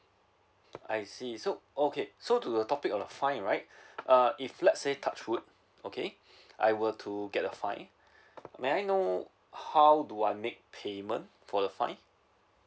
I see so okay so to the topic of fine right uh if let's say touch wood okay I were to get a fine may I know how do I make payment for the fine